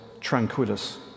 Tranquillus